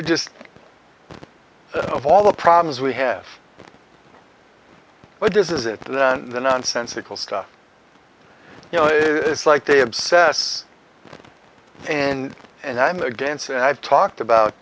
just of all the problems we have but this is it the nonsensical stuff you know it's like they obsess and and i'm against and i've talked about